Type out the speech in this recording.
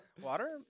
Water